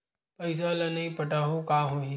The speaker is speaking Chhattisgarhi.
पईसा ल नई पटाहूँ का होही?